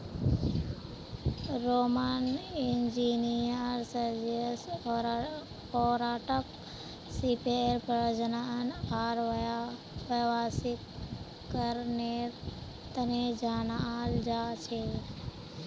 Roman engineer Sergius ओराटाक सीपेर प्रजनन आर व्यावसायीकरनेर तने जनाल जा छे